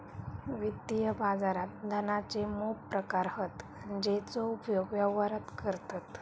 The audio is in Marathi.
वित्तीय बाजारात धनाचे मोप प्रकार हत जेचो उपयोग व्यवहारात करतत